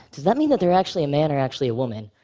does that mean that they're actually a man or actually a woman?